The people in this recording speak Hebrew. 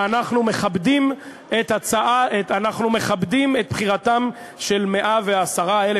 ואנחנו מכבדים את בחירתם של 110,000,